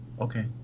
Okay